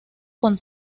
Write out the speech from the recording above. con